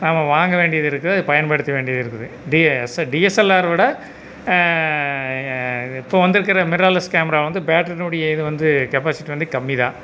நாம வாங்க வேண்டியதிருக்குது அதை பயன்படுத்த வேண்டியதிருக்குது டிஎஸ் டிஎஸ்எல்ஆர் விட இப்போது வந்துருக்கிற மிரர்லெஸ் கேமரா வந்து பேட்ரினுடைய இது வந்து கெப்பாசிட்டி வந்து கம்மிதான்